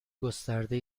گسترده